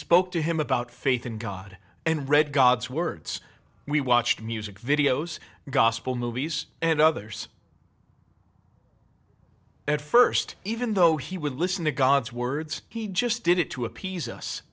spoke to him about faith in god and read god's words we watched music videos gospel movies and others at first even though he would listen to god's words he just did it to appease us